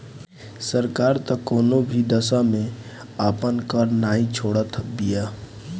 सरकार तअ कवनो भी दशा में आपन कर नाइ छोड़त बिया